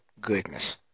goodness